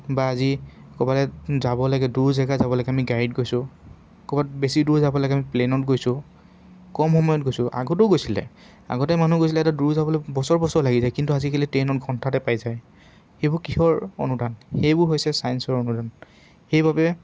বা আজি ক'ৰবালৈ যাব লাগে দূৰ জেগা যাব লাগে আমি গাড়ীত গৈছোঁ ক'ৰবাত বেছি দূৰ যাব লাগে আমি প্লেনত গৈছোঁ কম সময়ত গৈছোঁ আগতেও গৈছিলে আগতে মানুহ গৈছিলে এটা দূৰ যাবলৈ বছৰ বছৰ লাগি যায় কিন্তু আজিকালি ট্ৰেইনত ঘণ্টাতে পাই যায় সেইবোৰ কিহৰ অনুদান সেইবোৰ হৈছে চায়েন্সৰ অনুদান সেইবাবে